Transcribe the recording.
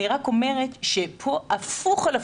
אני רק אומרת שפה הפוך על הפוך,